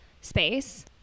space